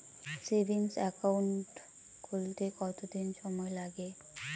Savings account খুলতে কতদিন সময় লাগে?